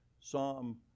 Psalm